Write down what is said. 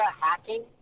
hacking